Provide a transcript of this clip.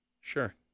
Sure